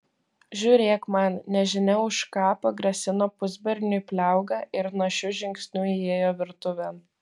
žiūrėk man nežinia už ką pagrasino pusberniui pliauga ir našiu žingsniu įėjo virtuvėn